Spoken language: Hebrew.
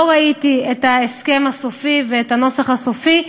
לא ראיתי את ההסכם הסופי ואת הנוסח הסופי,